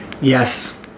Yes